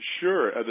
Sure